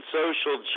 social